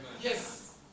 Yes